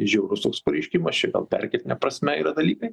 žiaurus toks pareiškimas čia gal perkeltine prasme yra dalykai